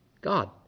God